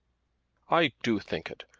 i do think it.